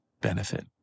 benefit